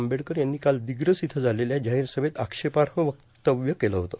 आंबेडकर यांनी काल र्ददग्रस इथं झालेल्या जाहोर सभैत आक्षेपाह वक्तव्य केलं होतं